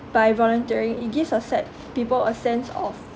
by volunteering it gives a sen~ people a sense of